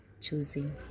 choosing